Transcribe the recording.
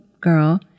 girl